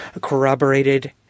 corroborated